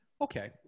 Okay